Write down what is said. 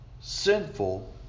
Sinful